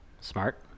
Smart